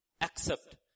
accept